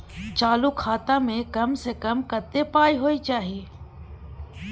चालू खाता में कम से कम कत्ते पाई होय चाही?